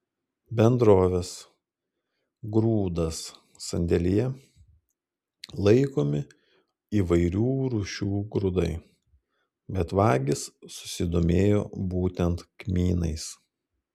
bendrovės grūdas sandėlyje laikomi įvairių rūšių grūdai bet vagys susidomėjo būtent kmynais